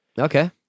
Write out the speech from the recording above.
Okay